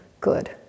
good